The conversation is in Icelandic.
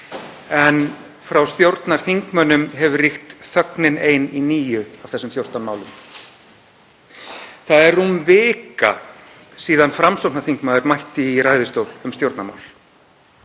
en frá stjórnarþingmönnum hefur ríkt þögnin ein í níu af þessum 14 málum. Það er rúm vika síðan Framsóknarþingmaður mætti í ræðustól um stjórnarmál.